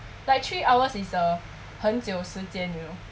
like three hours is a 很久时间 you know